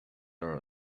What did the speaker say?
are